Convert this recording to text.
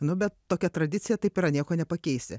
nu bet tokia tradicija taip yra nieko nepakeisi